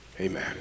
amen